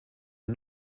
are